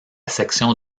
section